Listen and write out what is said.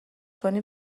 کنی